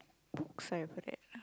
books I've read